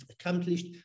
accomplished